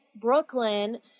Brooklyn